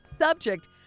Subject